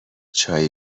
چایی